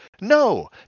No